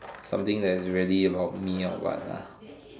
something that is really about me or what lah